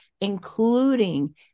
including